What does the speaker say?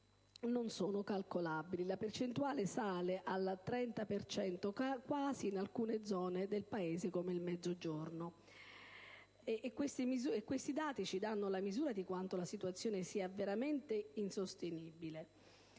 non sono calcolabili. La percentuale sale a quasi il 30 per cento in alcune zone del Paese, come il Mezzogiorno. Questi dati ci danno la misura di quanto la situazione sia veramente insostenibile.